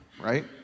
right